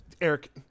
eric